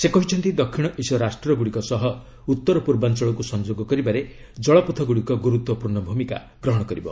ସେ କହିଛନ୍ତି ଦକ୍ଷିଣ ଏସୀୟ ରାଷ୍ଟ୍ରଗୁଡ଼ିକ ସହ ଉତ୍ତର ପୂର୍ବାଞ୍ଚଳକୁ ସଂଯୋଗ କରିବାରେ ଜଳପଥ ଗୁଡ଼ିକ ଗୁରୁତ୍ୱପୂର୍ଣ୍ଣ ଭୂମିକା ଗ୍ରହଣ କରିବ